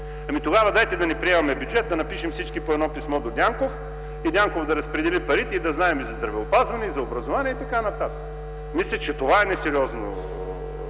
Тогава дайте да не приемаме бюджета, да напишем всички по едно писмо до Дянков, Дянков да разпредели парите и да знаем за здравеопазване, за образование, и т.н. Мисля, че това е несериозно,